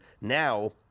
Now